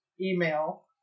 email